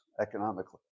economically